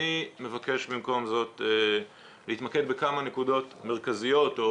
אני מבקש במקום זאת להתמקד בכמה נקודות מרכזיות או